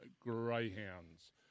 Greyhounds